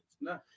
No